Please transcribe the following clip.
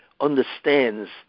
understands